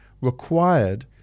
required